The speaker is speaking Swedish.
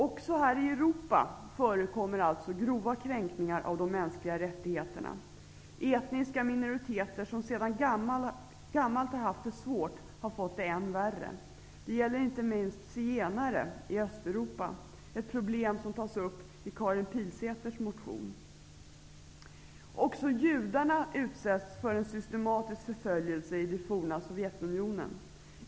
Också här i Europa förekommer alltså grova kränkningar av de mänskliga rättigheterna. Etniska minoriteter som sedan gammalt har haft det svårt har fått det än värre. Det gäller inte minst zigenare i Östeuropa, ett problem som tas upp i Karin Också judarna utsätts för en systematisk förföljelse i det forna Sovjetunionen.